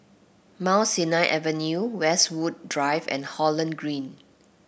Mount Sinai Avenue Westwood Drive and Holland Green